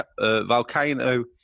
Volcano